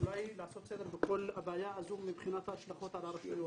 אולי לעשות סדר בכל הבעיה הזו מבחינת ההשלכות על הרשויות.